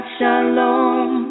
Shalom